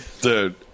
dude